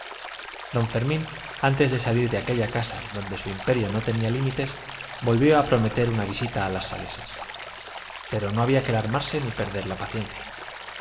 don fermín antes de salir de aquella casa donde su imperio no tenía límites volvió a prometer una visita a las salesas pero no había que alarmarse ni perder la paciencia